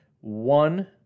One